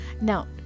Now